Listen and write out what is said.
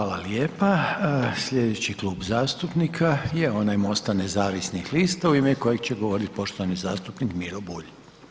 Hvala lijepa, slijedeći Klub zastupnika je onaj MOST-a nezavisnih lista u ime kojeg će govorit poštovani zastupnik Miro Bulj.